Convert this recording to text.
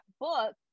book